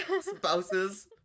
spouses